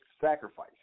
sacrifice